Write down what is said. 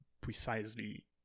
precisely